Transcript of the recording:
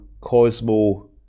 Cosmo